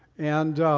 and